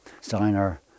Steiner